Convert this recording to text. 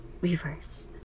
Reverse